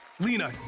lena